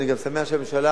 אני שמח שהממשלה